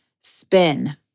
spin